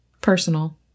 personal